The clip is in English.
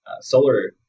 solar